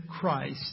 Christ